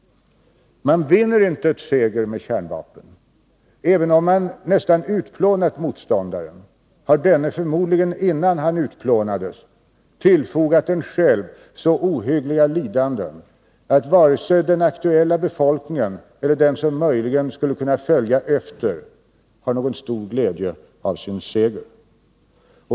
Man vinner inte en seger med kärnvapen. Även om man nästan utplånat motståndaren, har denne förmodligen innan han utplånades tillfogat en själv så ohyggliga lidanden att varken den aktuella befolkningen eller den som möjligen skulle följa efter denna har någon stor glädje av en seger.